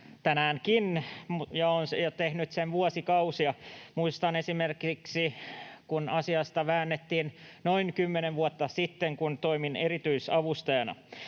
tänäänkin ja tehnyt niin vuosikausia. Muistan esimerkiksi, kun asiasta väännettiin noin kymmenen vuotta sitten, kun toimin erityisavustajana.